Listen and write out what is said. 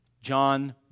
John